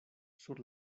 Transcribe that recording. sur